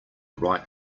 right